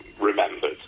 remembered